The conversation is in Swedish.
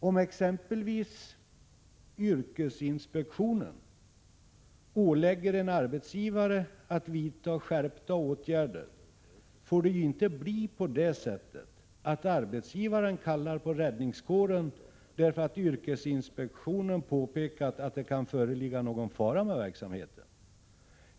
Om exempelvis yrkesinspektionen ålägger en arbetsgivare att vidta skärpta skyddsåtgärder får det ju inte bli på det sättet att arbetsgivaren kallar på räddningskåren därför att yrkesinspektionen påpekat att det kan föreligga någon fara med verksamheten.